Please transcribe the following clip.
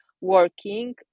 working